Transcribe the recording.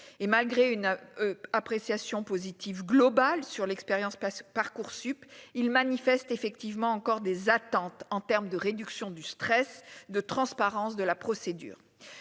et malgré une appréciation positive globale sur l'expérience parce que Parcoursup ils manifestent effectivement encore des attentes en terme de réduction du stress de transparence de la procédure,